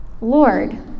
lord